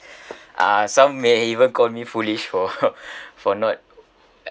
uh some may even call me foolish for for not uh